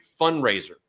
fundraiser